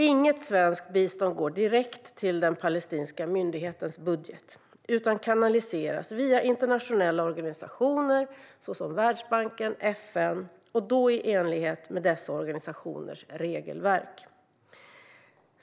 Inget svenskt bistånd går direkt till den palestinska myndighetens budget, utan det kanaliseras via internationella organisationer såsom Världsbanken och FN och då i enlighet med dessa organisationers regelverk.